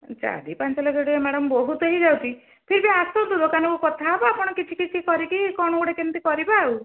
ଚାରି ପାଞ୍ଚ ଲକ୍ଷ ଟଙ୍କା ମ୍ୟାଡ଼ାମ ବହୁତ ହେଇଯାଉଛି ଫିର ଭି ଆସନ୍ତୁ ଦୋକାନକୁ କଥା ହବା ଆଉ ଆପଣ କିଛି କିଛି କରିକି କ'ଣ ଗୋଟେ କେମିତି କରିବା ଆଉ